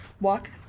walk